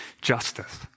justice